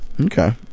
Okay